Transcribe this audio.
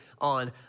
on